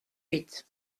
huit